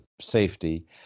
safety